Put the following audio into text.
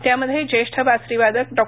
त्यामध्ये ज्येष्ठ बासरीवादक डॉ